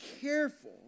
careful